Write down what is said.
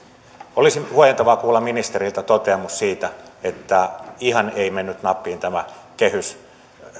olisi huojentavaa kuulla ministeriltä toteamus siitä että ihan ei mennyt nappiin tämä kehys